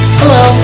hello